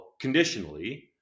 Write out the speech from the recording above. conditionally